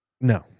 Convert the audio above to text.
no